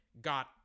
got